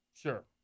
Sure